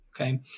Okay